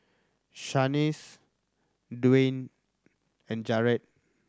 Shanice Dwyane and Jaret